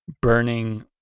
burning